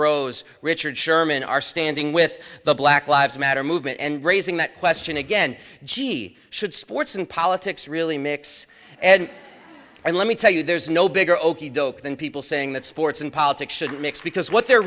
rose richard sherman are standing with the black lives matter movement and raising that question again gee should sports and politics really mix and i let me tell you there's no bigger okey doke than people saying that sports and politics shouldn't mix because what they're